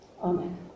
Amen